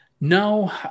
No